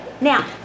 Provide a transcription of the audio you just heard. Now